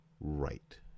right